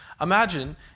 Imagine